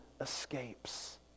escapes